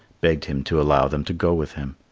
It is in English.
begged him to allow them to go with him.